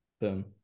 Boom